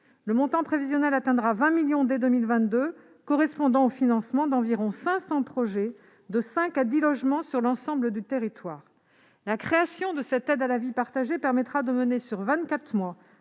Le montant prévisionnel atteindra 20 millions d'euros dès 2022, ce qui correspond au financement d'environ 500 projets de cinq à dix logements sur l'ensemble du territoire. La création de cette aide à la vie partagée permettra de mener sur